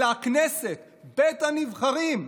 אלא הכנסת, בית הנבחרים,